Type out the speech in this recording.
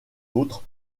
autre